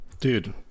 Dude